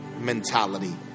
mentality